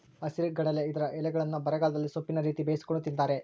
ಹಸಿರುಗಡಲೆ ಇದರ ಎಲೆಗಳ್ನ್ನು ಬರಗಾಲದಲ್ಲಿ ಸೊಪ್ಪಿನ ರೀತಿ ಬೇಯಿಸಿಕೊಂಡು ತಿಂತಾರೆ